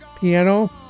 piano